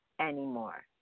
anymore